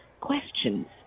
questions